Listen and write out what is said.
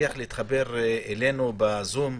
הצליח להתחבר אלינו בזום.